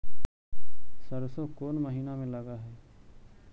सरसों कोन महिना में लग है?